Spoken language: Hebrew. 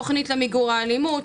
התוכנית למיגור האלימות,